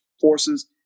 forces